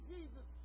Jesus